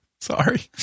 Sorry